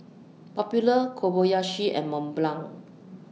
Popular Kobayashi and Mont Blanc